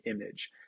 image